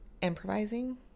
improvising